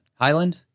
Highland